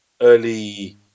early